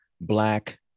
Black